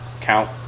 Count